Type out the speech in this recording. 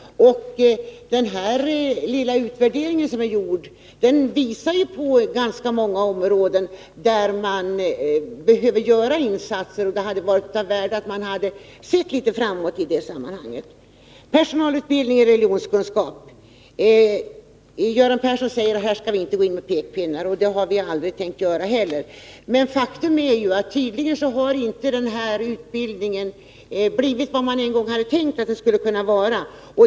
Den lilla utvärdering som gjorts visar på ganska många områden där man behöver göra insatser. Det hade varit av värde att man sett litet framåt i det sammanhanget. Så till frågan om personalutbildning i religionskunskap. Göran Persson säger att vi här inte skall gå in med pekpinnar, och det har vi aldrig tänkt göra. Men faktum är att denna utbildning inte blivit vad man en gång tänkte att den skulle bli.